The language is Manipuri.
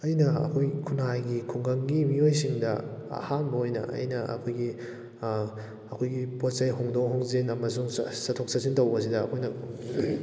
ꯑꯩꯅ ꯑꯩꯈꯣꯏꯒꯤ ꯈꯨꯅꯥꯏꯒꯤ ꯈꯨꯡꯒꯪꯒꯤ ꯃꯤꯑꯣꯏꯁꯤꯡꯗ ꯑꯍꯥꯟꯕ ꯑꯣꯏꯅ ꯑꯩꯅ ꯑꯩꯈꯣꯏꯒꯤ ꯑꯩꯈꯣꯏꯒꯤ ꯄꯣꯠ ꯆꯩ ꯍꯣꯡꯗꯣꯛ ꯍꯣꯡꯖꯤꯟ ꯑꯃꯁꯨꯡ ꯆꯠꯊꯣꯛ ꯆꯠꯁꯤꯟ ꯇꯧꯕꯁꯤꯗ ꯑꯩꯈꯣꯏꯅ